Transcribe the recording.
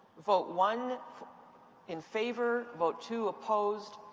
vote one in favor. vote two opposed.